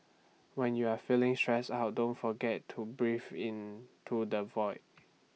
when you are feeling stress out don't forget to breathe into the void